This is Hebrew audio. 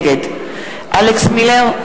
נגד אלכס מילר,